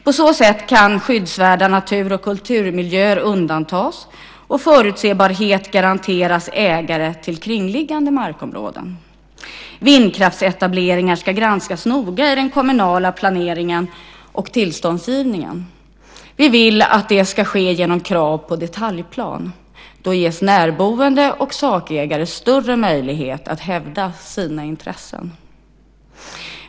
På så sätt kan skyddsvärda natur och kulturmiljöer undantas och förutsebarhet garanteras ägare till kringliggande markområden. Vindkraftsetableringar ska granskas noga i den kommunala planeringen och tillståndsgivningen. Vi vill att det ska ske genom krav på detaljplan. Då ges närboende och sakägare större möjlighet att hävda sina intressen.